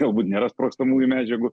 galbūt nėra sprogstamųjų medžiagų